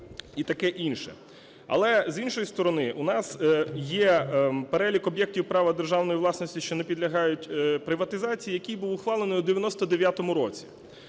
і таке інше. Але, з іншої сторони, у нас є перелік об'єктів права державної власності, що не підлягають приватизації, який був ухвалений в 99-му році.